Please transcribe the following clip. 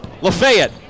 Lafayette